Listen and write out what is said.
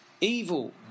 Evil